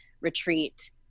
retreat